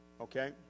Okay